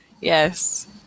Yes